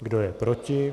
Kdo je proti?